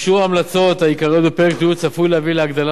אישור ההמלצות העיקריות בפרק הדיור צפוי להביא להגדלה